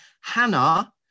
Hannah